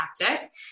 tactic